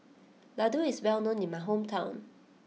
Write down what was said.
Laddu is well known in my hometown